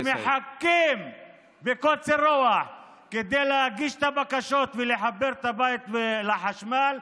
שמחכים בקוצר רוח כדי להגיש את הבקשות ולחבר את הבית לחשמל.